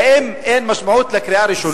האם אין משמעות לקריאה הראשונה?